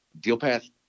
DealPath